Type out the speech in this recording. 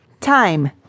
Time